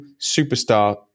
superstar